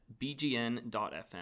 bgn.fm